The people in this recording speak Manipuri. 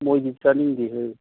ꯃꯣꯏꯗꯤ ꯆꯥꯅꯤꯡꯗꯦꯍꯦ